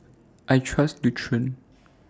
I Trust Nutren